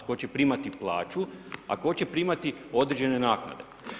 Tko će primati plaću, a tko će primati određene naknade?